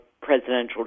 presidential